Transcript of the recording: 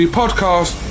podcast